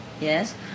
Yes